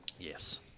Yes